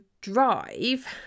drive